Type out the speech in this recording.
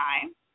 time